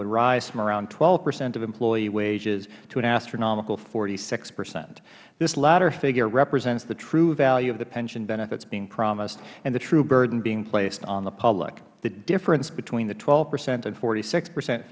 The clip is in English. would rise from around twelve percent of employee wages to an astronomical forty six percent this latter figure represents the true value of the pension benefits being promised and the true burden being placed on the public the difference between the twelve percent and forty six percent